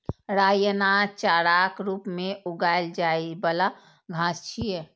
राइ अनाज, चाराक रूप मे उगाएल जाइ बला घास छियै